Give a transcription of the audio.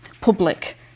public